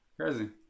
Crazy